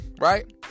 right